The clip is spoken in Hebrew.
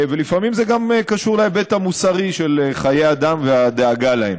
ולפעמים זה גם קשור להיבט המוסרי של חיי אדם והדאגה להם.